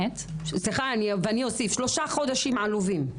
סליחה, ואני אוסיף, שלושה חודשים עלובים.